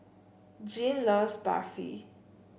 Jeanne loves Barfi